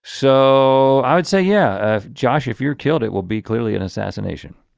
so i would say, yeah ah josh if you're killed, it will be clearly an assassination.